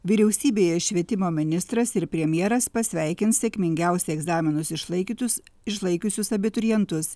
vyriausybėje švietimo ministras ir premjeras pasveikins sėkmingiausiai egzaminus išlaikiusius išlaikiusius abiturientus